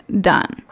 done